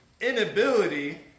inability